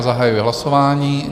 Zahajuji hlasování.